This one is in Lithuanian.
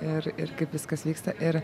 ir ir kaip viskas vyksta ir